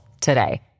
today